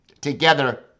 together